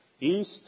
east